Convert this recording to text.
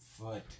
foot